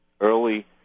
early